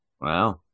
Wow